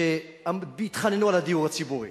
שהתחננו על הדיור ציבורי,